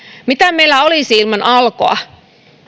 mitä meillä olisi ilman alkoa